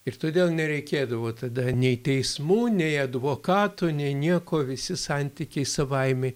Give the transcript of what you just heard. ir todėl nereikėdavo tada nei teismų nei advokatų nei nieko visi santykiai savaime